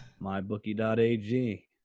mybookie.ag